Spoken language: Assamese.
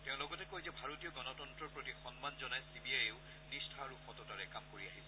তেওঁ লগতে কয় যে ভাৰতীয় গণতন্নৰ প্ৰতি সন্মান জনাই চি বি আইয়েও নিষ্ঠা আৰু সততাৰে কাম কৰি আহিছে